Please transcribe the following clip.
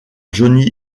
johnny